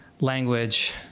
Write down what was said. language